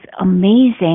amazing